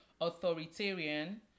authoritarian